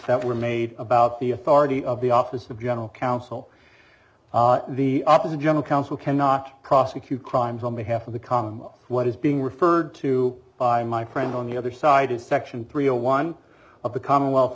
that were made about the authority of the office of general counsel the opposite general counsel cannot prosecute crimes on behalf of the comma what is being referred to by my friend on the other side is section three zero one of the commonwealth